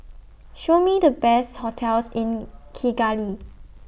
Show Me The Best hotels in Kigali